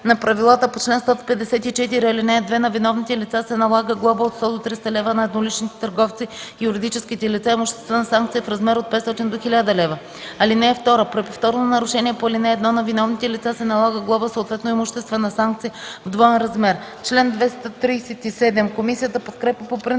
на правилата по чл. 154, ал. 2 на виновните лица се налага глоба от 100 до 300 лв., а на едноличните търговци и юридическите лица – имуществена санкция в размер от 500 до 1000 лв. (2) При повторно нарушение по ал. 1 на виновните лица се налага глоба, съответно имуществена санкция, в двоен размер.” Комисията подкрепя по принцип